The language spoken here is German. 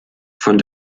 von